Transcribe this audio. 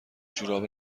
جوراب